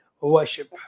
worship